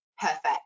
Perfect